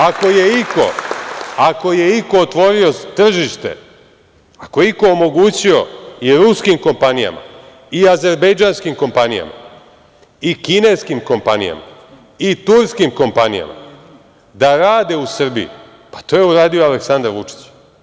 Ako je iko otvorio tržište, ako je iko omogućio i ruskim kompanijama i azerbejdžanskim kompanijama i kineskim kompanijama i turskim kompanijama da rade u Srbiji, pa to je uradio Aleksandar Vučić.